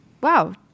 Wow